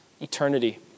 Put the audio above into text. eternity